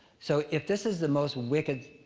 so, if this is the most wicked,